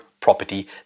property